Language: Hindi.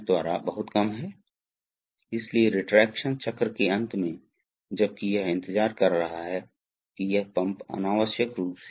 तो यह सिर्फ बनाने के लिए है इसलिए यह सिर्फ दिखाता है कि पंप कैसा है कैसे अपना जलाशय काम करता है